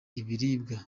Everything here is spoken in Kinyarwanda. ibiribwa